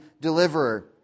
deliverer